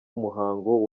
muhango